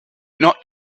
not